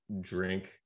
drink